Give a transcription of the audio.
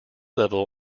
level